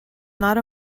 not